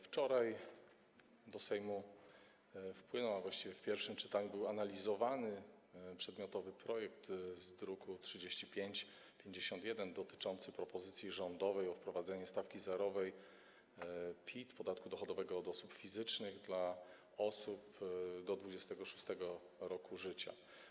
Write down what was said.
Wczoraj do Sejmu wpłynął, a właściwie w pierwszym czytaniu był analizowany, przedmiotowy projekt z druku nr 3551, dotyczący propozycji rządowej wprowadzenia stawki zerowej PIT, podatku dochodowego od osób fizycznych, dla osób do 26. roku życia.